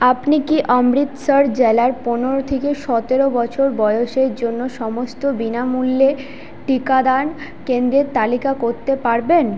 আপনি কি অমৃতসর জেলার পনেরো থাকে সতেরো বছর বয়সের জন্য সমস্ত বিনামূল্যের টিকাদান কেন্দ্রের তালিকা করতে পারবেন